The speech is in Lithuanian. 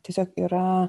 tiesiog yra